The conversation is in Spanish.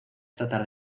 tratar